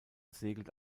segelt